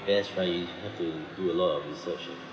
that's why you have to do a lot of research eh